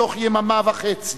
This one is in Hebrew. בתוך יממה וחצי,